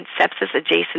sepsis-adjacent